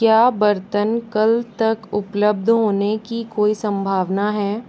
क्या बर्तन कल तक उपलब्ध होने की कोई संभावना है